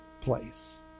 place